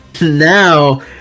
now